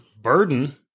burden